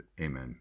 Amen